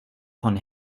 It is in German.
von